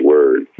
Word